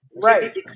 Right